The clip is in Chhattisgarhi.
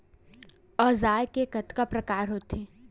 औजार के कतेक प्रकार होथे?